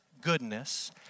goodness